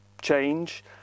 change